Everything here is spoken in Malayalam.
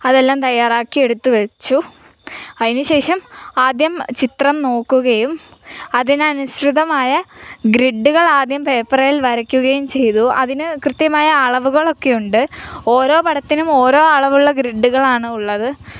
അതെല്ലാം തയ്യാറാക്കി എടുത്തു വെച്ചു അതിനു ശേഷം ആദ്യം ചിത്രം നോക്കുകയും അതിനനുസൃതമായ ഗ്രിഡ്ഡ്കളാദ്യം പേപ്പറേൽ വരയ്ക്കുകയും ചെയ്തു അതിന് കൃത്യമായ അളവുകളൊക്കെ ഉണ്ട് ഓരോ പടത്തിനും ഓരോ അളവുള്ള ഗ്രിഡ്ഡുകളാണുള്ളത്